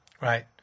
Right